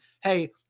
Hey